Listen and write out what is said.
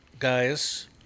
Guys